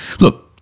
look